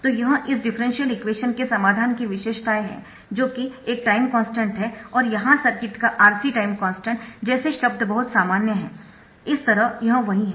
तो यह इस डिफरेंशियल इक्वेशन के समाधान की विशेषताएं है जो कि एक टाइम कॉन्स्टन्ट है और यहां सर्किट का RC टाइम कॉन्स्टन्ट जैसे शब्द बहुत सामान्य है इस तरह यह वही है